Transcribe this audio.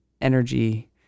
energy